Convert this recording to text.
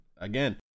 again